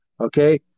Okay